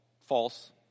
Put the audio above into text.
false